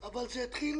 אבל זה התחיל